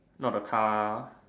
not the car